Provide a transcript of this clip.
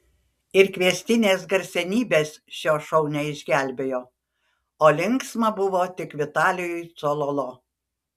ir kviestinės garsenybės šio šou neišgelbėjo o linksma buvo tik vitalijui cololo